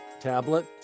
tablet